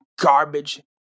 garbage